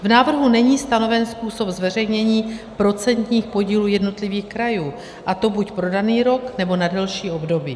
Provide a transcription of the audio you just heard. V návrhu není stanoven způsob zveřejnění procentních podílů jednotlivých krajů, a to buď pro daný rok, nebo na delší období.